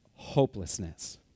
hopelessness